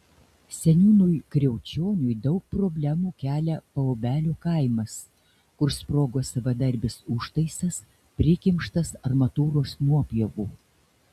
seniūnui kriaučioniui daug problemų kelia paobelio kaimas kur sprogo savadarbis užtaisas prikimštas armatūros nuopjovų